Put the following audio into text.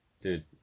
Dude